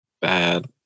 bad